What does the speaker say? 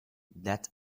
that